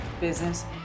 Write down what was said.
business